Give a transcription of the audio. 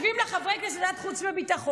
יושבים חברי כנסת בוועדת החוץ והביטחון,